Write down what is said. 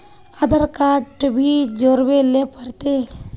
आधार card भी जोरबे ले पड़ते?